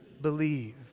believe